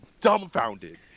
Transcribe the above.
dumbfounded